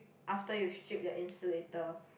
after you strip the insulator